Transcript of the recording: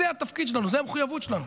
זה התפקיד שלנו, זאת המחויבות שלנו.